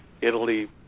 Italy